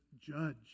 judge